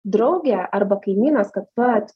draugė arba kaimynas kad vat